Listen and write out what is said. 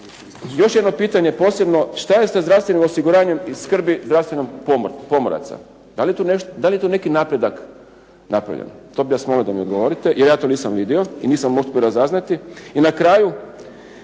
Još jedno pitanje posebno šta je sa zdravstvenim osiguranjem i skrbi zdravstvenog pomoraca? Da li je tu neki napredak napravljen? To bih vas molio da mi odgovorite, jer ja to nisam vidio i nisam uspio razaznati. I na kraju,